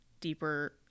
deeper